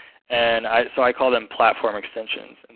and i so i call them platform extensions. and